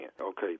Okay